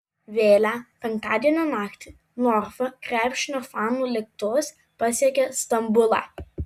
vėlią penktadienio naktį norfa krepšinio fanų lėktuvas pasiekė stambulą